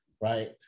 right